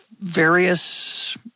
various